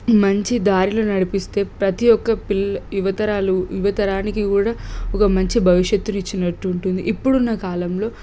మంచి దారిలో నడిపిస్తే ప్రతి ఒక పిల్ యువతారాలు యువతరానికి కూడా ఒక మంచి భవిష్యత్తుని ఇచ్చినట్టు ఉంటుంది ఇప్పుడ్డున్న కాలంలో